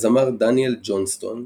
הזמר דניאל ג'ונסטון,